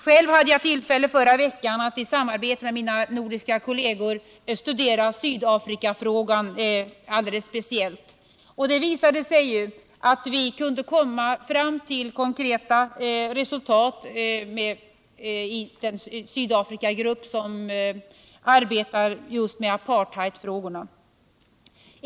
Själv hade jag i förra veckan tillfälle att med mina nordiska kolleger diskutera Sydafrikafrågan. Det visade sig att vi kunde komma fram till konkreta resultat i den Sydafrikagrupp som arbetar just med apartheidfrågorna.